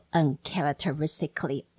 uncharacteristically